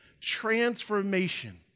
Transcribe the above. transformation